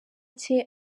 cye